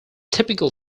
typical